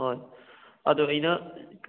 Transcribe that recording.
ꯍꯣꯏ ꯑꯗꯣ ꯑꯩꯅ